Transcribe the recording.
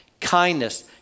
kindness